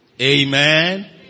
Amen